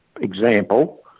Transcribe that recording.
example